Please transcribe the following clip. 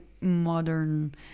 modern